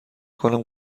کنم